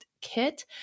Kit